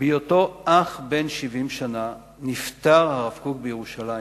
בהיותו אך בן 70 שנה, נפטר הרב קוק בירושלים.